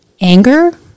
anger